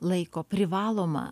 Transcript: laiko privaloma